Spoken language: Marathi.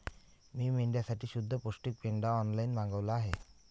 मी मेंढ्यांसाठी शुद्ध पौष्टिक पेंढा ऑनलाईन मागवला आहे